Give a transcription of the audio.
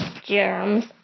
germs